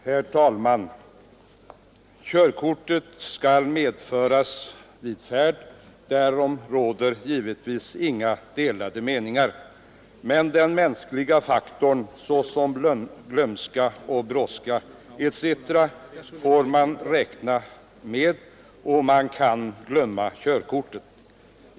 Herr talman! Körkortet skall medföras vid färd. Därom råder givetvis inga delade meningar. Men den mänskliga faktorn, såsom glömska och brådska, får man räkna med.